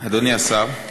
אדוני השר,